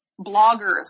bloggers